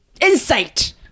insight